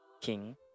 king